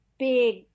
big